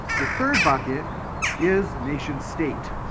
the third bucket is nation-state.